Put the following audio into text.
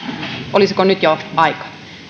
olisiko nyt jo aika